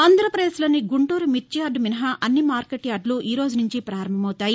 ఆంధ్రప్రదేశ్లోని గుంటూరు మిర్చి యార్డు మినహా అన్ని మార్కెట్ యార్డులు ఈరోజు నుంచి ప్రారంభమవుతాయి